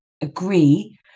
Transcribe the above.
agree